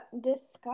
discuss